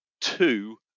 two